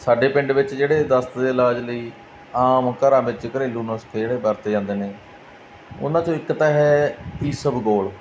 ਸਾਡੇ ਪਿੰਡ ਵਿੱਚ ਜਿਹੜੇ ਦਸਤ ਦੇ ਇਲਾਜ ਲਈ ਆਮ ਘਰਾਂ ਵਿੱਚ ਘਰੇਲੂ ਨੁਸਖੇ ਜਿਹੜੇ ਵਰਤੇ ਜਾਂਦੇ ਨੇ ਉਹਨਾਂ 'ਚੋਂ ਇੱਕ ਤਾਂ ਹੈ ਈਸਵਗੋਲ